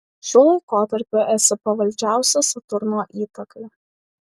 šiuo laikotarpiu esi pavaldžiausia saturno įtakai